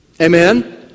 Amen